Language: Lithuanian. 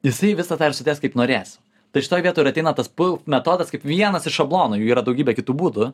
jisai visą tą ir sudės kaip norės tai šitoj vietoj ir ateina tas puf metodas kaip vienas iš šablonų jų yra daugybė kitų būdų